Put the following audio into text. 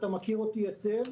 אתה מכיר אותי היטב,